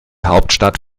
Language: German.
hauptstadt